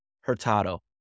Hurtado